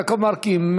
יעקב מרגי,